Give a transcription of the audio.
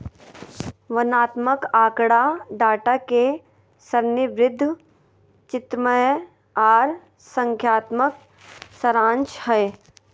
वर्णनात्मक आँकड़ा डाटा के सारणीबद्ध, चित्रमय आर संख्यात्मक सारांश हय